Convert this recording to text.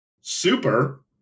Super